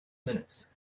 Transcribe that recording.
minutes